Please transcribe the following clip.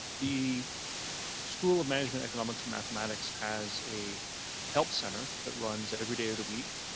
the school of management, economics, mathematics has a help center that runs every day of the week.